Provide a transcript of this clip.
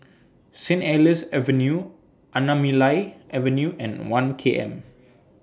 Saint Helier's Avenue Anamalai Avenue and one K M